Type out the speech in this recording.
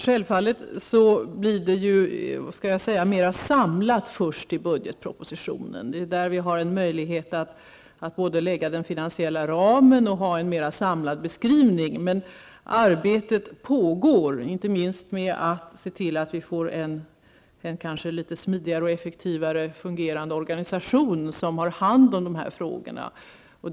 Fru talman! Självfallet kommer en mera samlad beskrivning i budgetpropositionen, där vi också har möjlighet att lägga fast den finansiella ramen. Men arbetet pågår, inte minst med att se till att få till stånd en smidigare och mer effektivt fungerande organisation, där dessa frågor tas omhand.